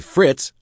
Fritz